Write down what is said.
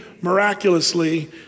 miraculously